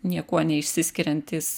niekuo neišsiskiriantys